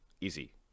Easy